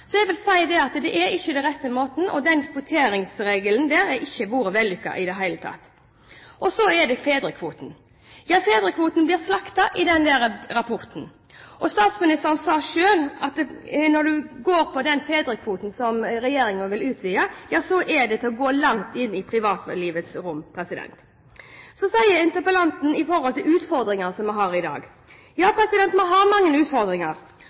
Jeg vil si at dette ikke er den rette måten, og kvoteringsregelen har ikke vært vellykket i det hele tatt. Så er det fedrekvoten. Ja, fedrekvoten blir slaktet i rapporten. Statsministeren sa selv at når det gjelder fedrekvoten, som regjeringen vil utvide, er det å gå langt inn i privatlivets rom. Så sier interpellanten at vi har utfordringer i dag: Ja, vi har mange utfordringer, og jeg vil peke på en del av de utfordringene som vi virkelig har, og det gjelder minoritetskvinnene i dag. Det kvinnesynet som veldig mange